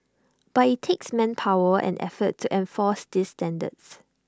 but IT takes manpower and effort to enforce these standards